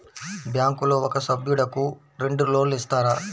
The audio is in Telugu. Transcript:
బ్యాంకులో ఒక సభ్యుడకు రెండు లోన్లు ఇస్తారా?